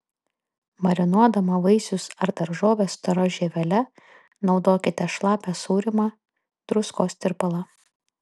marinuodama vaisius ar daržoves stora žievele naudokite šlapią sūrymą druskos tirpalą